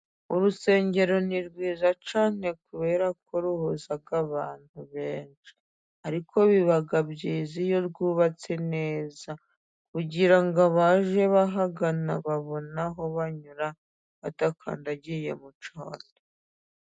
Urusengero ni rwiza cyane kubera ko ruhuza abantu benshi, ariko biba byiza iyo rwubatse neza kugirango abaje bahagana, babone aho banyura badakandagiye mucyondo.